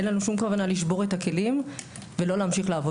אבל אין לנו שום כוונה לשבור את הכלים ולא להמשיך לעבוד.